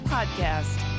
Podcast